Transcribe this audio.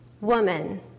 woman